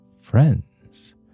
friends